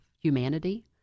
humanity